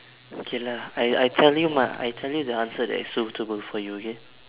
okay lah I I tell you my I tell you the answer that is suitable for you okay